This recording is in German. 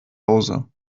hause